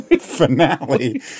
finale